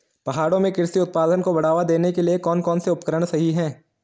पहाड़ों में कृषि उत्पादन को बढ़ावा देने के लिए कौन कौन से उपकरण सही हैं?